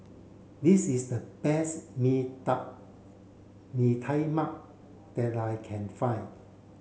this is the best Mee Mee Tai Mak that I can find